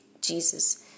Jesus